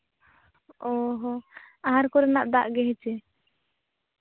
ᱚ ᱦᱚᱸ ᱟᱦᱟᱨ ᱠᱚᱨᱮᱱᱟᱜ ᱫᱟᱜ ᱜᱮ ᱦᱮᱸ ᱥᱮ